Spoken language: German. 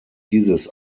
dieses